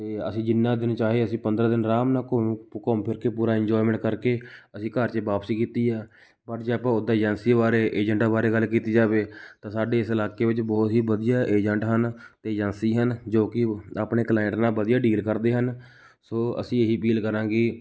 ਅਤੇ ਅਸੀਂ ਜਿੰਨਾ ਦਿਨ ਚਾਹੇ ਅਸੀਂ ਪੰਦਰ੍ਹਾਂ ਦਿਨ ਆਰਾਮ ਨਾਲ ਘੁੰਮ ਘੁੰਮ ਫਿਰ ਕੇ ਪੂਰਾ ਇੰਨਜੁਇਮੈਂਟ ਕਰਕੇ ਅਸੀਂ ਘਰ 'ਚ ਵਾਪਸੀ ਕੀਤੀ ਆ ਬਟ ਜੇ ਆਪਾਂ ਉੱਦਾਂ ਏਜੰਸੀ ਵਿੱਚੋਂ ਏਜੰਟਾਂ ਬਾਰੇ ਗੱਲ ਕੀਤੀ ਜਾਵੇ ਤਾਂ ਸਾਡੀ ਇਸ ਇਲਾਕੇ ਵਿੱਚ ਬਹੁਤ ਹੀ ਵਧੀਆ ਏਜੰਟ ਹਨ ਅਤੇ ਏਜੰਸੀ ਹਨ ਜੋ ਕਿ ਆਪਣੇ ਕਲਾਇੰਟ ਨਾਲ਼ ਵਧੀਆ ਡੀਲ ਕਰਦੇ ਹਨ ਸੋ ਅਸੀਂ ਇਹ ਹੀ ਅਪੀਲ ਕਰਾਂਗੇ